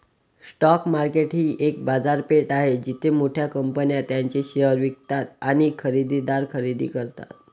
stock market ही एक बाजारपेठ आहे जिथे मोठ्या कंपन्या त्यांचे शेअर्स विकतात आणि खरेदीदार खरेदी करतात